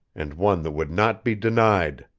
and one that would not be denied.